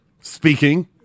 Speaking